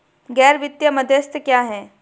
गैर वित्तीय मध्यस्थ क्या हैं?